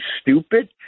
stupid